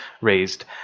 raised